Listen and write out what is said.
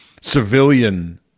civilian